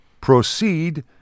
proceed